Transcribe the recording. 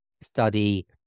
study